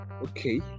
Okay